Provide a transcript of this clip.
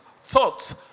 thoughts